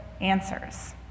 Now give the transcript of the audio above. answers